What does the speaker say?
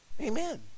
Amen